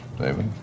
David